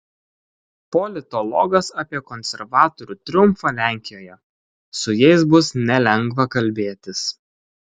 politologas apie konservatorių triumfą lenkijoje su jais bus nelengva kalbėtis